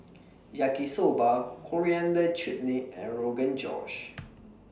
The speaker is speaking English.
Yaki Soba Coriander Chutney and Rogan Josh